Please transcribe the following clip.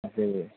جی